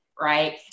right